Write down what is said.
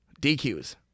DQs